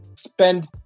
spend